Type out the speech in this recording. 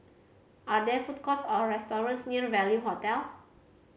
are there food courts or restaurants near Value Hotel